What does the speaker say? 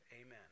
amen